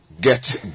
Get